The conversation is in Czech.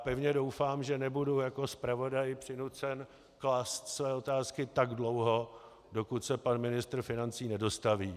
Pevně doufám, že nebudu jako zpravodaj přinucen klást své otázky tak dlouho, dokud se pan ministr financí nedostaví.